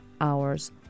hours